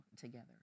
together